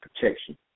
protection